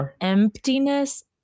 emptiness